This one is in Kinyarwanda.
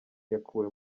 yakuwe